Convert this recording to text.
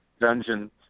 dungeon